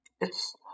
It's